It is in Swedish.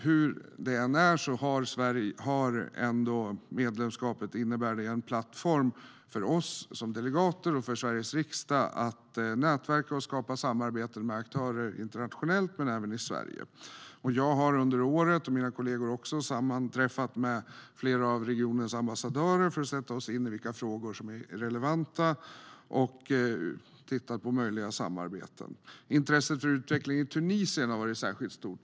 Hur det än är innebär ändå medlemskapet en plattform för oss som delegater och för Sveriges riksdag för att nätverka och skapa samarbete med aktörer internationellt men även i Sverige. Jag och mina kollegor har under året också sammanträffat med flera av regionens ambassadörer för att sätta oss in vilka frågor som är relevanta och titta på möjliga samarbeten. Intresset för utvecklingen i Tunisien har varit särskilt stort.